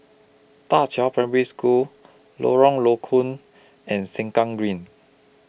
DA Qiao Primary School Lorong Low Koon and Sengkang Green